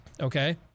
okay